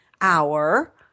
hour